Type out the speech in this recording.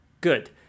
Good